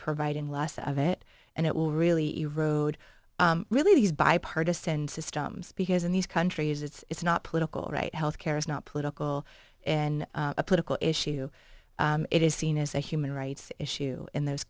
providing less of it and it will really erode really these bipartisan systems because in these countries it's not political right health care is not political in a political issue it is seen as a human rights issue in those